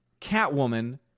Catwoman